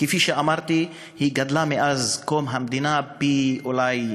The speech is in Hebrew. כפי שאמרתי, היא גדלה מאז קום המדינה פי-11.